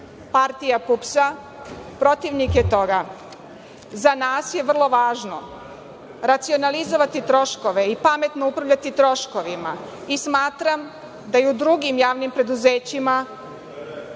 partija PUPS protivnik je toga. Za nas je vrlo važno racionalizovati troškove i pametno upravljati troškovima. Smatram da u drugim javnim preduzećima,